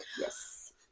Yes